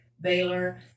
Baylor